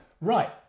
Right